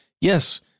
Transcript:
yes